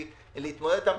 והיה צריך להתמודד איתם,